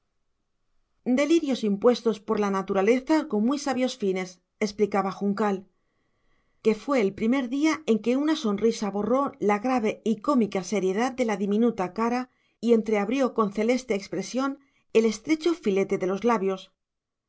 delirios impuestos por la naturaleza con muy sabios fines explicaba juncal qué fue el primer día en que una sonrisa borró la grave y cómica seriedad de la diminuta cara y entreabrió con celeste expresión el estrecho filete de los labios